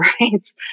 rights